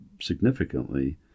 significantly